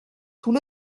tout